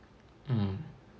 mm